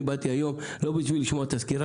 אני באתי היום לא כדי לשמוע את הסקירה